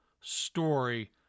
story